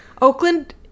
Oakland